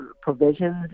provisions